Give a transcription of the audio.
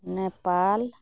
Nepal